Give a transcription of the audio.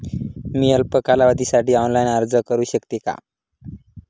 मी अल्प कालावधीसाठी ऑनलाइन अर्ज करू शकते का?